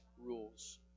rules